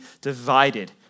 divided